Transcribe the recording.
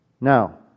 Now